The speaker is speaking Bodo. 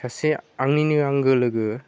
सासे आंनिनो आंगो लोगो